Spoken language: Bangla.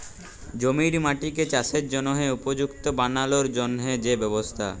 জমির মাটিকে চাসের জনহে উপযুক্ত বানালর জন্হে যে ব্যবস্থা